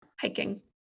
Hiking